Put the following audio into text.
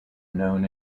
known